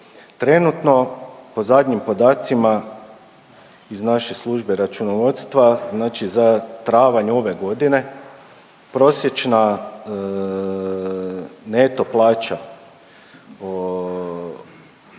Trenutno po zadnjim podacima iz naše službe računovodstva, znači za travanj ove godine, prosječna neto plaća,